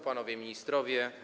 Panowie Ministrowie!